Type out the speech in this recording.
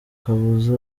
kabuza